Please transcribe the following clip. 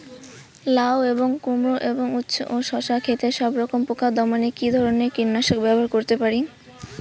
লাউ এবং কুমড়ো এবং উচ্ছে ও শসা ক্ষেতে সবরকম পোকা দমনে কী ধরনের কীটনাশক ব্যবহার করতে পারি?